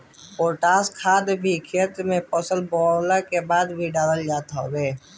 potash खाद भी खेत में फसल बोअला के बाद डालल जात हवे